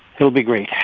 it'll be great.